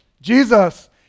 Jesus